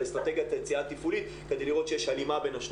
אסטרטגיית יציאה תפעולית כדי לראות שיש הלימה בין השניים.